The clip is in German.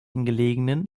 gelegenen